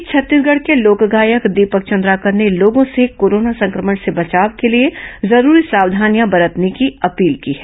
इस बीच छत्तीसगढ़ के लोक गायक दीपक चंद्राकर ने लोगों से कोरोना संक्रमण से बचाव के लिए जरूरी सावधानियां बरतने की अपील की है